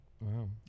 Wow